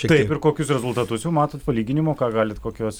taip ir kokius rezultatus jau matot palyginimo ką galit kokios